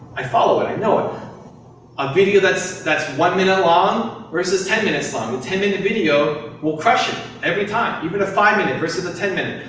i follow it, i know a um video that's that's one minute long versus ten minutes long. the ten minute video will crush it every time. even a five minute versus a ten minute.